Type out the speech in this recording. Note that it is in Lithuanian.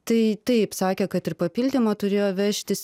tai taip sakė kad ir papildymo turėjo vežtis